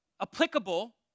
applicable